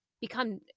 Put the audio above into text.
become